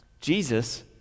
Jesus